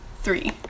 three